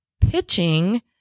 pitching